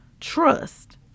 trust